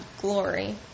glory